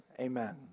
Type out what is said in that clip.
amen